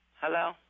Hello